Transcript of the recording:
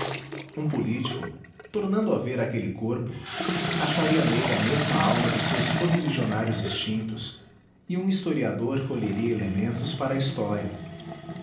um político tornando a ver aquele corpo acharia nele a mesma alma dos seus correligionários extintos e um historiador colheria elementos para a história